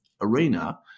arena